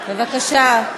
בבקשה.